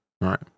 right